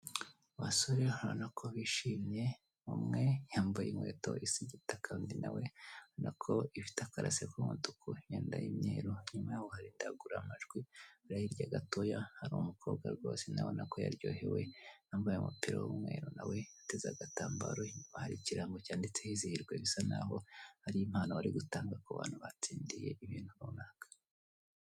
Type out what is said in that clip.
Abasore urabona ko bishimye, umwe yambaye inkweto isa igitaka undi nawe urabonako ifite akarase k'umutuku, imyenda y'imyeru; inyuma yabo hari indangururamajwi, wareba hirya gatoya hari umukobwa rwose nawe ubona ko yaryohewe, yambaye umupira w'umweru na we uteze agatambaro; inyuma hari ikirango cyanditseho ''izihirwe'', bisa n'aho hari impano bari gutanga ku bantu batsindiye ibintu runaka.